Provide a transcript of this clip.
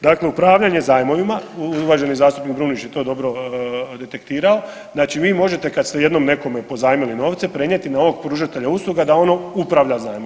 Dakle, upravljanje zajmovima uvaženi zastupnik Brumnić je to dobro detektirao, znači vi možete kad ste jednom nekome pozajmili novce prenijeti na ovog pružatelja usluga da on upravlja zajmom.